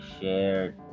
shared